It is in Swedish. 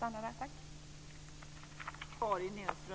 Jag stannar där.